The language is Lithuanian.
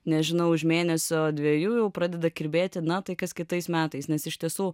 nežinau už mėnesio dviejų jau pradeda kirbėti na tai kas kitais metais nes iš tiesų